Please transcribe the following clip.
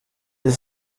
ist